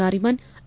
Nariman A